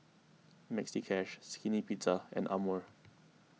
Maxi Cash Skinny Pizza and Amore